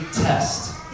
test